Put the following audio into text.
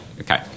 Okay